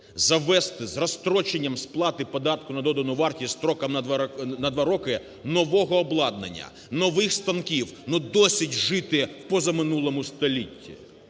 завезти з розстроченням сплати податку на додану вартість зі строком на два роки нового обладнання, нових станків. Ну досить жити в позаминулому столітті!